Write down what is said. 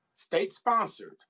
state-sponsored